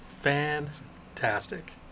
Fantastic